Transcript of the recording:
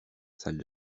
salle